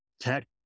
tech